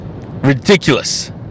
Ridiculous